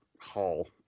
Hall